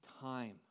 time